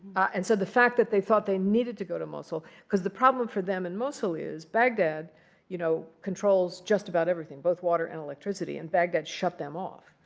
and so the fact that they thought they needed to go to mosul because the problem for them in and mosul is baghdad you know controls just about everything, both water and electricity. and baghdad shut them off.